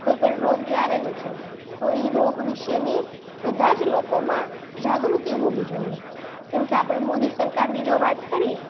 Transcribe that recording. કોઈપણ રોગ જે આવેલો છે તો એ રોગ વિશેની બધાં જ લોકોમાં જાગૃતિ હોવી જોઈએ કેમ કે આપણે મોદી સરકારની જો વાત કરીએ